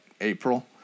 April